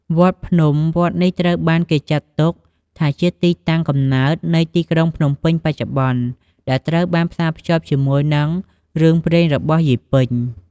វត្តភ្នំ វត្តនេះត្រូវបានគេចាត់ទុកថាជាទីតាំងកំណើតនៃទីក្រុងភ្នំពេញបច្ចុប្បន្ន ដែលត្រូវបានផ្សារភ្ជាប់ជាមួយនឹងរឿងព្រេងរបស់យាយពេញ។